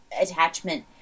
attachment